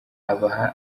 abaha